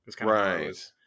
Right